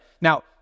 Now